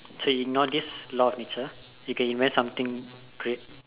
so ignore this law of nature you can invent something great